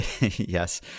Yes